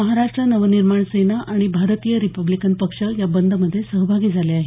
महाराष्ट्र नवनिर्माण सेना आणि भारतीय रिपब्लिकन पक्ष या बंदमध्ये सहभागी झाले आहेत